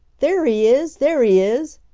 there he is! there he is!